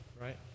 right